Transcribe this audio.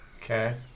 Okay